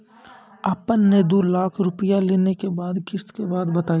आपन ने दू लाख रुपिया लेने के बाद किस्त के बात बतायी?